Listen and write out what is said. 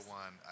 one